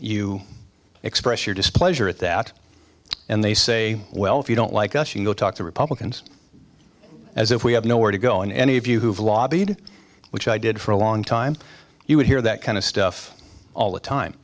you express your displeasure at that and they say well if you don't like us go talk to republicans as if we have nowhere to go in any of you who have lobbied which i did for a long time you would hear that kind of stuff all the time